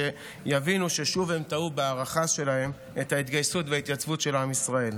שיבינו ששוב הם טעו בהערכה שלהם את ההתגייסות וההתייצבות של עם ישראל.